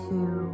Two